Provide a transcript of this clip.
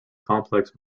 complex